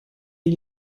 gli